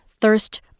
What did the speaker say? thirst